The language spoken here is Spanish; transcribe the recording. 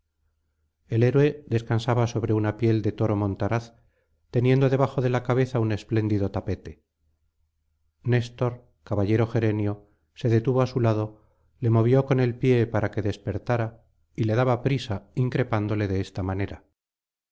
el héroe descansaba sobre una piel de toro montaraz teniendo debajo de la cabeza un espléndido tapete néstor caballero gerenio se detuvo á su lado le movió con el pie para que despertara y le daba prisa